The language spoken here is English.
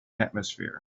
atmosphere